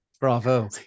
Bravo